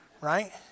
right